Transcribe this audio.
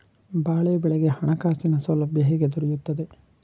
ಬಾಳೆ ಬೆಳೆಗೆ ಹಣಕಾಸಿನ ಸೌಲಭ್ಯ ಹೇಗೆ ದೊರೆಯುತ್ತದೆ?